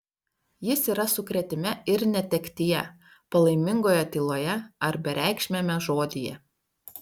jis yra sukrėtime ir netektyje palaimingoje tyloje ar bereikšmiame žodyje